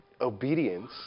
obedience